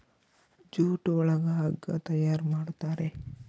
jute ಒಳಗ ಹಗ್ಗ ತಯಾರ್ ಮಾಡುತಾರೆ